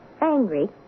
Angry